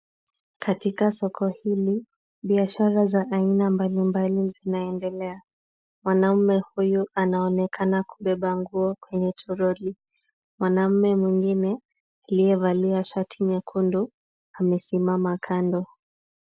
Katika soko hili, biashara za aina mbalimbali zinaendelea, mwanaume huyu anaonekana kubeba nguo kwenye toroli. Mwanamume mwingine aliyevalia shati nyekundu amesimama kando.